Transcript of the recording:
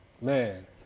Man